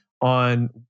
on